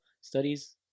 studies